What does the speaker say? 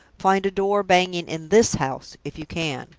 find a door banging in this house, if you can!